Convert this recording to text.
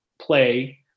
play